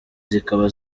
zikaba